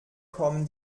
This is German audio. kommen